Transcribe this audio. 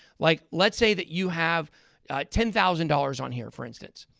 like, let's say that you have ten thousand dollars on here, for instance.